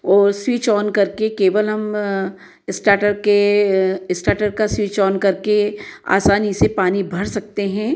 और switch on करके केवल हम इस्टार्टर के इस्टार्टर का स्विच ऑन करके आसानी से पानी भर सकते हैं